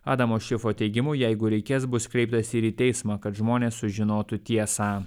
adamo šifo teigimu jeigu reikės bus kreiptasi ir į teismą kad žmonės sužinotų tiesą